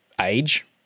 age